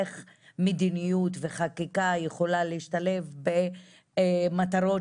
איך מדיניות וחקיקה יכולות להשתלב במטרות